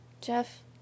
Jeff